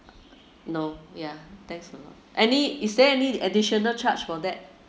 no ya that's any is there any additional charge for that